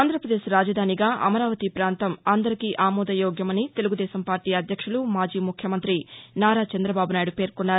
ఆంధ్రప్రదేశ్ రాజధానిగా అమరావతి పాంతం అందరికీ ఆమోదయోగ్యమని తెలుగుదేశం పార్టీ అధ్యక్షులు మాజీ ముఖ్యమంతి నారాచందబాబు నాయుడు పేర్కొన్నారు